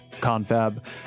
confab